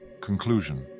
Conclusion